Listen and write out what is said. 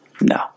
No